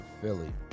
Philly